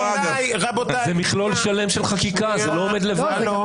זה מכלול שלם של חקיקה, זה לא עומד לבד.